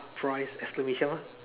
half price exclamation mark